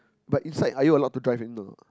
but inside are you allowed to drive in or not